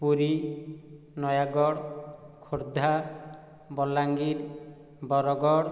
Puri Nayagarh Khordha Balangir Bargarh